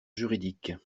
juridique